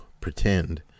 pretend